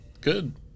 Good